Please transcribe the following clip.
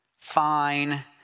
Fine